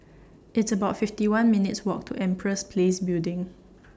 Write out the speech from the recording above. It's about fifty one minutes' Walk to Empress Place Building